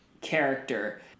character